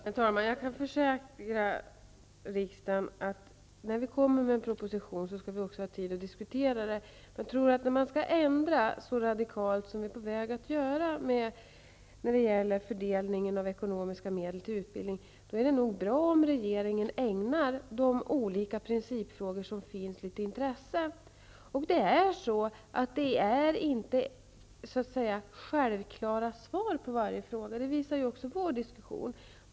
Herr talman! Jag kan försäkra riksdagen att när regeringen kommer med en proposition skall vi också få tid att diskutera den. När man skall ändra så radikalt som vi är på väg att göra när det gäller fördelningen av ekonomiska medel till utbildning, är det bra om regeringen ägnar de olika principfrågorna ett intresse. Det finns inte ett självklart svar på varje fråga. Det visar också vår diskussion här.